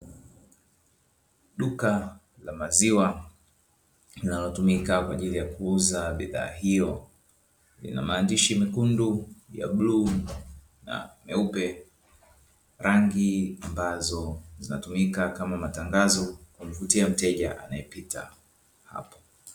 Duka la maziwa linalotumika kwa ajili ya kuuza bidhaa hiyo, lina maandishi mekundu, bluu na meupe, rangi ambazo zinatumika kama matangazo ya kumvutia mteja anayepita hapo.